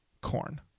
Corn